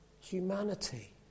humanity